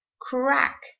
Crack